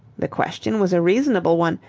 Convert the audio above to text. the question was a reasonable one,